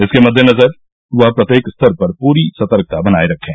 इसके मद्देनजर वह प्रत्येक स्तर पर पूरी सतर्कता बनाये रखें